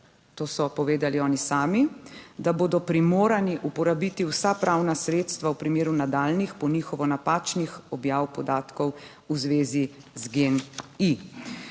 to so povedali oni sami, da bodo primorani uporabiti vsa pravna sredstva v primeru nadaljnjih, po njihovo napačnih objav podatkov v zvezi z GEN-I.